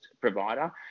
provider